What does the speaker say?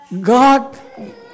God